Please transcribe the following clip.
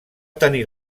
tenir